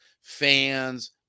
fans